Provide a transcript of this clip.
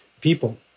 people